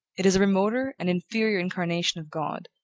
it is a remoter and inferior incarnation of god,